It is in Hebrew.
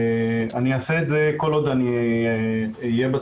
אני אעשה את זה כל עוד אני אהיה בתפקיד,